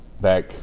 Back